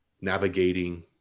navigating